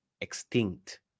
extinct